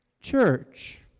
church